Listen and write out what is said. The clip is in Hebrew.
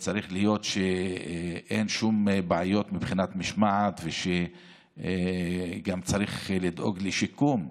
אין שום בעיות משמעת וצריך לדאוג לשיקום?